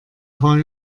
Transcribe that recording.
paar